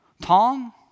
Tom